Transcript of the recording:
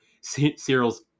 Cyril's